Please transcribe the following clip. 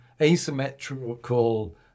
asymmetrical